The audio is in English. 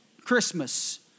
Christmas